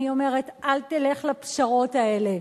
אני אומרת: אל תלך לפשרות האלה.